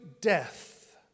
death